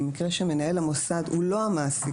במקרה שמנהל המוסד הוא לא המעסיק,